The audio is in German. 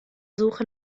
suche